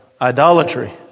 idolatry